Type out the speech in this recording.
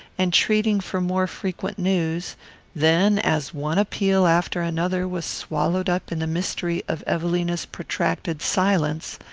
entreating for more frequent news then, as one appeal after another was swallowed up in the mystery of evelina's protracted silence,